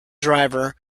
driver